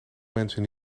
mensen